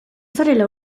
zarela